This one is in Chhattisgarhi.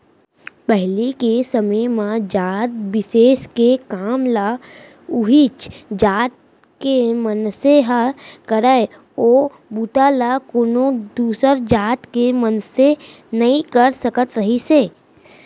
पहिली के समे म जात बिसेस के काम ल उहींच जात के मनसे ह करय ओ बूता ल कोनो दूसर जात के मनसे नइ कर सकत रिहिस हे